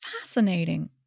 Fascinating